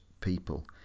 people